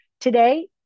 Today